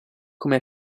come